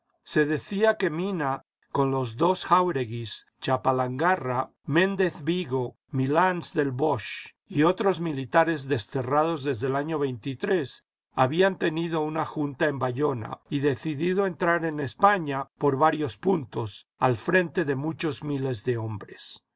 se decía que mina con los dos jáureguis chapalangarra méndez vigo miiáns del bosch y otros militares desterrados desde el año habían tenido una junta en bayona y decidido entrar en españa por varios puntos al frente de muchos miles de hombres